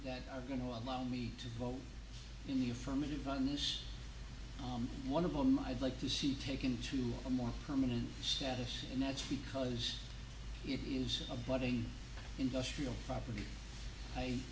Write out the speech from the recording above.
that are going to allow me to vote in the affirmative on this one of them i'd like to see taken to a more permanent status and that's because it is a budding industrial property i